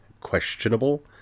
questionable